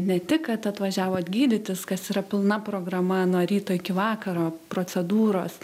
ne tik kad atvažiavot gydytis kas yra pilna programa nuo ryto iki vakaro procedūros